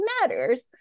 matters